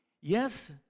Yes